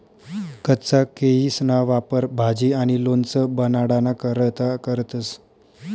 कच्चा केयीसना वापर भाजी आणि लोणचं बनाडाना करता करतंस